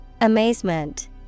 Amazement